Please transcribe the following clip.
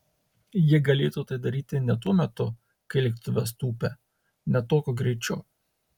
jie galėtų tai daryti ne tuo metu kai lėktuvas tūpia ne tokiu greičiu